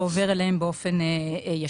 האלה לא עובר אליהם באופן ישיר.